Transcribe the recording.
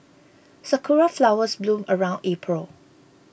sakura flowers bloom around April